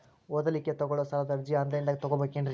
ಓದಲಿಕ್ಕೆ ತಗೊಳ್ಳೋ ಸಾಲದ ಅರ್ಜಿ ಆನ್ಲೈನ್ದಾಗ ತಗೊಬೇಕೇನ್ರಿ?